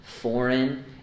foreign